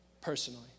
personally